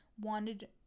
wanted